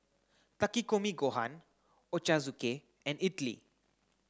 Takikomi Gohan Ochazuke and Idili